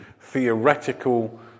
theoretical